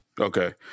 Okay